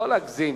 לא להגזים.